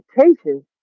expectations